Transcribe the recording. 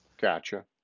Gotcha